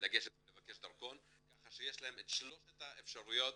לגשת ולבקש דרכון כך שיש להם את שלושת האפשרויות